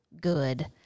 good